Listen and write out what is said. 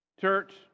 church